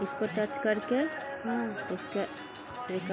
योजना खरीदे लगी कोय तरह के मेडिकल जांच करावे के आवश्यकता नयय हइ